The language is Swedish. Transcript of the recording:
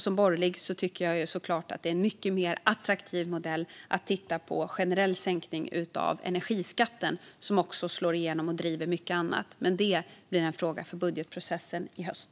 Som borgerlig tycker jag såklart att det är en mycket mer attraktiv modell att titta på en generell sänkning av energiskatten, som också slår igenom och driver mycket annat, men det blir en fråga för budgetprocessen i höst.